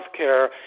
healthcare